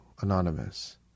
Anonymous